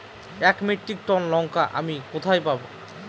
এক metric tonne লঙ্কা আমি কোথায় পাবো?